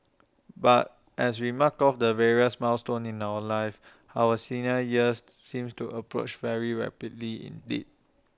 but as we mark off the various milestones of life our senior years seem to approach very rapidly indeed